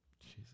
Jesus